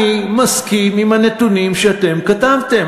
אני מסכים עם הנתונים שאתם כתבתם.